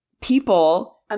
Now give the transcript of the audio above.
people –